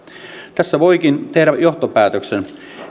tästä voikin tehdä johtopäätöksen